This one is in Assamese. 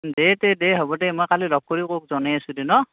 দে তে দে হ'ব দে মই কালি লগ কৰি তোক জনায় আছো দে ন